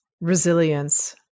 resilience